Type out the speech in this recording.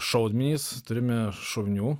šaudmenys turime šovinių